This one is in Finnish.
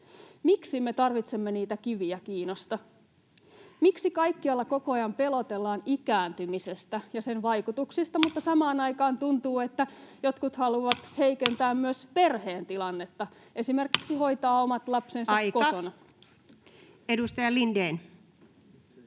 Miksi me tarvitsemme niitä kiviä Kiinasta? Miksi kaikkialla koko ajan pelotellaan ikääntymisellä ja sen vaikutuksilla, mutta samaan aikaan tuntuu, että jotkut haluavat heikentää myös perheiden tilannetta, esimerkiksi sitä, että hoitaa omat lapsensa [Puhemies: Aika!] kotona? Edustaja Lindén.